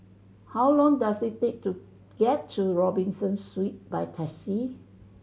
how long does it take to get to Robinson Suites by taxi